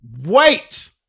Wait